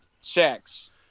sex